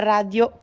Radio